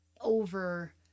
over